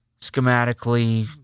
schematically